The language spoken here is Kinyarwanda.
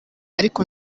ariko